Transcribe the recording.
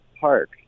park